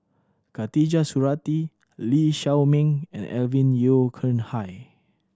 Khatijah Surattee Lee Shao Meng and Alvin Yeo Khirn Hai